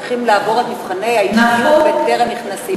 צריכים לעבור את מבחני האישיות בטרם נכנסים.